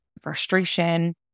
frustration